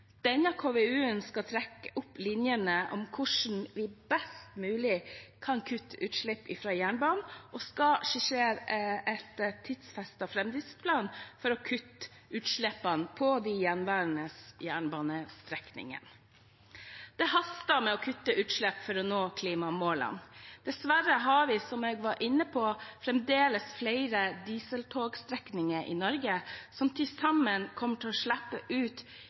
Denne KVU-en skal trekker opp linjene for hvordan vi best mulig kan kutte utslipp fra jernbanen, og skal skissere en tidfestet fremdriftsplan for å kutte utslippene på de gjenværende jernbanestrekningene. Det haster med å kutte utslipp for å nå klimamålene. Dessverre har vi, som jeg var inne på, fremdeles flere dieseltogstrekninger i Norge, som til sammen kommer til å slippe ut